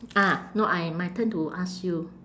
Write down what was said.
ah no I my turn to ask you